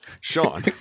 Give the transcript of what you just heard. Sean